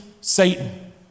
Satan